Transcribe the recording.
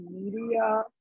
media